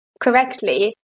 correctly